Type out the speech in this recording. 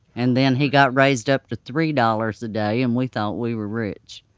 and then he got raised up to three dollars a day and we thought we were rich.